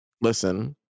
Listen